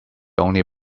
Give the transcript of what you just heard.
only